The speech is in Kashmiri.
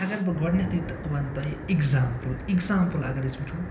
اگر بہٕ گۄڈنٮ۪تھے تہٕ وَنہٕ تۄہہِ اِگزامپٕل اِگزامپٕل اگر أسۍ وٕچھو